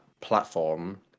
platform